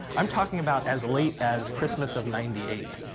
i'm talking about as late as christmas of ninety eight.